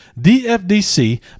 DFDC